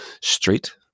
street